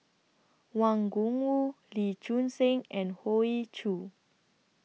Wang Gungwu Lee Choon Seng and Hoey Choo